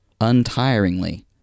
untiringly